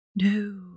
No